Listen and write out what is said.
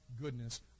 goodness